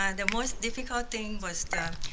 and the most difficult thing was the,